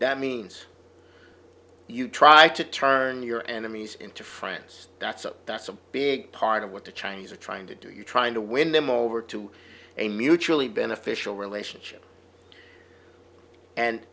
that means you try to turn your enemies into friends that's a that's a big part of what the chinese are trying to do you're trying to win them over to a mutually beneficial relationship and